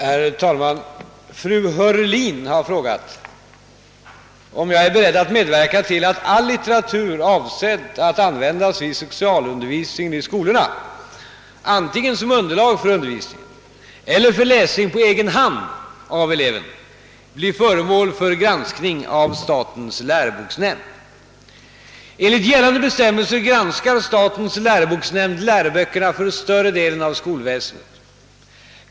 Herr talman! Fru Heurlin har frågat, om jag är beredd att medverka till att all litteratur, avsedd att användas vid sexualundervisningen i skolorna — antingen som underlag för undervisningen eller för läsning på egen hand av eleven — blir föremål för granskning av statens läroboksnämnd. Enligt gällande bestämmelser granskar statens läroboksnämnd läroböckerna för större delen av skolväsendet.